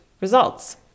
results